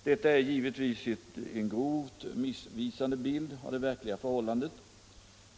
Detta är givetvis en grovt missvisande bild av det verkliga förhållandet.